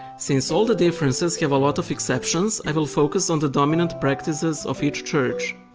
since all the differences have a lot of exceptions, i will focus on the dominant practices of each church.